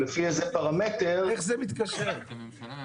איך זה מתקשר?